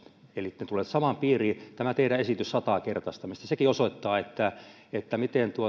eli ne tulevat samaan piiriin tämä teidän esityksenne sata kertaistamisesta sekin osoittaa miten